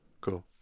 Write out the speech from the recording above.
cool